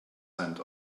sent